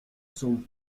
son